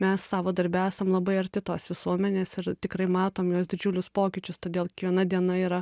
mes savo darbe esam labai arti tos visuomenės ir tikrai matom jos didžiulius pokyčius todėl kiekviena diena yra